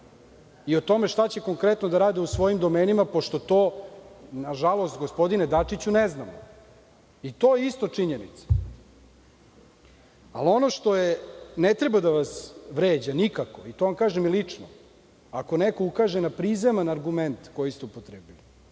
i o tome šta će konkretno da rade u svojim domenima, kao što to nažalost gospodine Dačiću, ne znamo. I to je isto činjenica. Ali, ono što ne treba da vas vređa nikako, to vam kažem i lično, ako neko ukaže na prizeman argument koji ste upotrebili